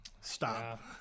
Stop